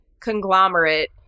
conglomerate